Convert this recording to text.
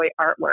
artwork